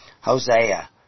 Hosea